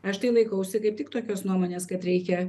aš tai laikausi kaip tik tokios nuomonės kad reikia